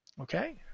okay